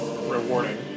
rewarding